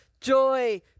joy